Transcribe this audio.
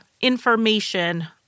information